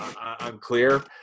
unclear